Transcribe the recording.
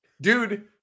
Dude